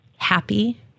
Happy